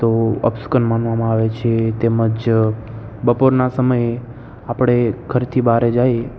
તો અપશુકન માનવામાં આવે છે તેમજ બપોરના સમયે આપણે ઘરેથી બહાર જઈએ